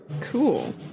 Cool